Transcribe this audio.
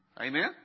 Amen